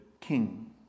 king